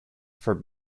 for